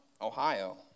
Ohio